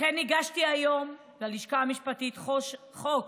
לכן הגשתי היום ללשכה המשפטית חוק